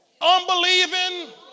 unbelieving